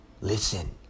Listen